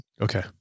Okay